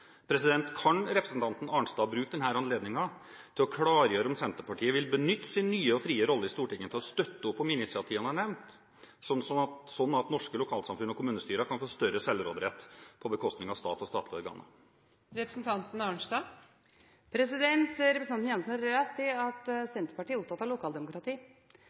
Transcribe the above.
Kan representanten Arnstad bruke denne anledningen til å klargjøre om Senterpartiet vil benytte sin nye og frie rolle i Stortinget til å støtte opp om initiativene jeg har nevnt, slik at norske lokalsamfunn og kommunestyrer kan få større selvråderett på bekostning av stat og statlige organer? Representanten Jenssen har rett i at Senterpartiet er opptatt av lokaldemokratiet. Vi har gjennom åtte år bidratt til den viktigste betingelsen for et bedre lokaldemokrati,